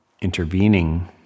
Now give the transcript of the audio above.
intervening